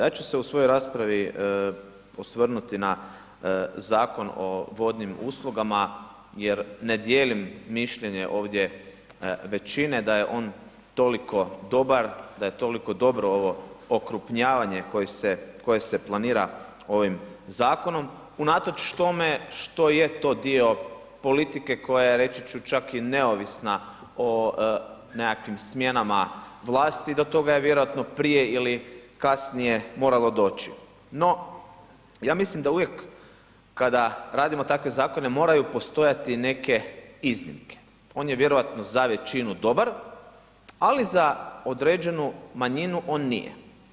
Ja ću se u svojoj raspravi osvrnuti na Zakon o vodnim uslugama jer ne dijelim mišljenje ovdje većine da je on toliko dobar, da je toliko dobro ovo okrupnjavanje koje je planira ovim zakonom, unatoč tome što je to dio politike koja je reći ću čak i neovisna o nekakvim smjenama vlasti, do toga je vjerovatno prije ili kasnije moralo doći no ja mislim da uvijek kada radimo takve zakone, moraju postojati neke iznimke, on je vjerojatno za većinu dobar ali za određenu manjinu on nije.